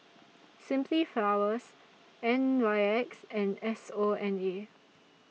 Simply Flowers N Y X and S O N A